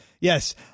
Yes